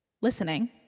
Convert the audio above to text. listening